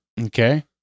Okay